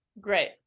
Great